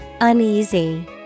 Uneasy